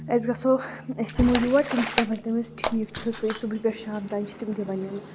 أسۍ گژھو أسۍ یِمو یور تِم چھِ دپان تیٚمِس ٹھیٖک چھُ ژٕ یہِ صُبحٕے پٮ۪ٹھ شام تانۍ چھِ تِم دِوان یِنہٕ